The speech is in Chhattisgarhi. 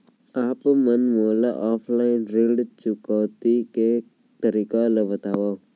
आप मन मोला ऑफलाइन ऋण चुकौती के तरीका ल बतावव?